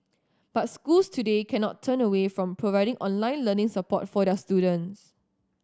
but schools today cannot turn away from providing online learning support for their students